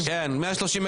זה זה, בגין מתהפך בקברו.